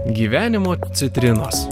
gyvenimo citrinos